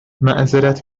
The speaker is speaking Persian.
معذرت